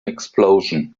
explosion